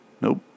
Nope